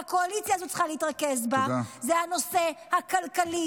-- והקואליציה הזו צריכה להתרכז בו הוא הנושא הכלכלי,